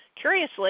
Curiously